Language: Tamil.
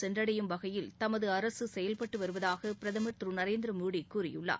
சென்றடையும் வகையில் தமது அரசு செயல்பட்டு வருவதாக பிரதம் திரு நரேந்திர மோடி கூறியுள்ளார்